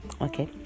okay